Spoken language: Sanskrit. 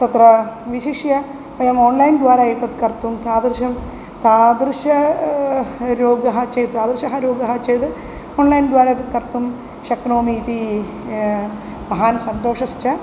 तत्र विशिष्य वयम् ओण्लैन् द्वारा एतत् कर्तुं तादृशं तादृशः रोगः चेत् तादृशः रोगः चेद् ओण्लैन् द्वारा एतत् कर्तुं शक्नोमि इति महान् सन्तोषश्च